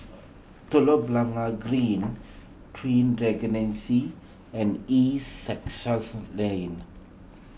Telok Blangah Green Twin Regency and East Sussex Lane